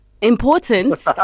Important